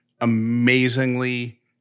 amazingly